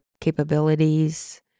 capabilities